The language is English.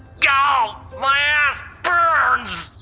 gah! my ass burns!